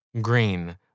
Green